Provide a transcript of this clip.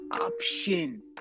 option